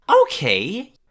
Okay